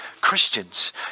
Christians